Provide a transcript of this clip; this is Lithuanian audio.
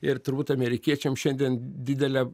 ir turbūt amerikiečiam šiandien didelė